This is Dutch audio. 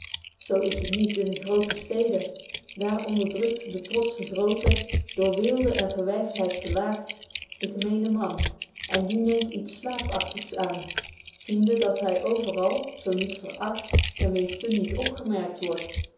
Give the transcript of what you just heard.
zo is het niet in de groote steden daar onderdrukt de trotsche groote door weelde en verwyftheid verlaagt den gemeenen man en die neemt iets slaafachtigs aan ziende dat hy overal zo niet veracht ten minsten niet opgemerkt wordt